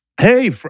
Hey